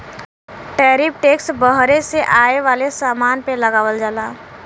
tariff tax बहरे से आये वाले समान पे लगावल जाला